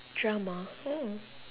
drama oh